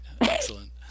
excellent